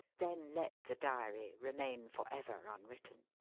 then let the diary remain for ever unwritten.